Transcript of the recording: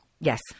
Yes